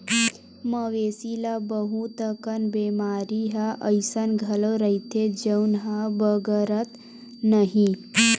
मवेशी ल बहुत अकन बेमारी ह अइसन घलो रहिथे जउन ह बगरय नहिं